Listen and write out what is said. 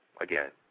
again